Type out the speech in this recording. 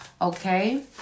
okay